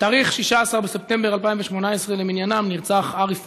בתאריך 16 בספטמבר 2018 למניינם נרצח ארי פולד,